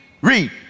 read